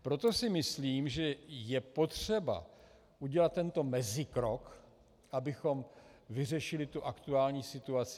Proto si myslím, že je potřeba udělat tento mezikrok, abychom vyřešili aktuální situaci.